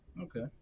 Okay